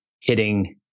hitting